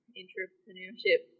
entrepreneurship